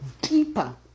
deeper